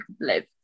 live